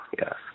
yes